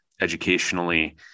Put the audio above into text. educationally